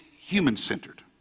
human-centered